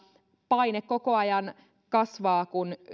paine koko ajan kasvaa kun